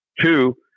Two